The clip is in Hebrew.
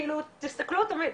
כאילו תסתכלו תמיד,